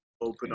open